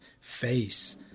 face